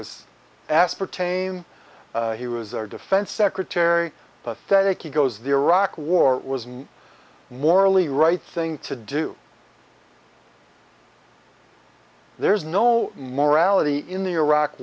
us aspartame he was our defense secretary pathetic he goes the iraq war was a morally right thing to do there's no more ality in the iraq